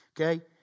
Okay